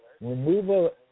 removal